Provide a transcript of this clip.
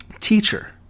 Teacher